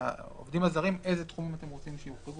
העובדים הזרים, איזה תחום אתם רוצים שיוחרגו?